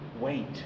wait